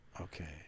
okay